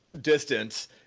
distance